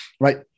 right